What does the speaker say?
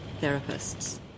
therapists